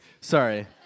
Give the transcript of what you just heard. Sorry